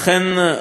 כפי שאמרתי,